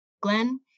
Glenn